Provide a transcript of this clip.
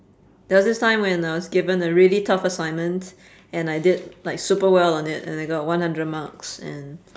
there was this time when I was given a really tough assignment and I did like super well on it and I got one hundred marks and